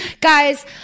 Guys